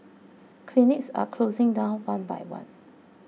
clinics are closing down one by one